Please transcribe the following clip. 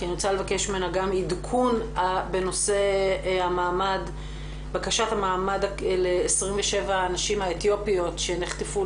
עדכון בנושא בקשת המעמד ל-27 הנשים האתיופיות שנחטפו